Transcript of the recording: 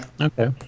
Okay